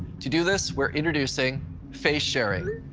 to do this, we're introducing face sharing.